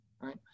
right